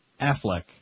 Affleck